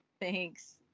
Thanks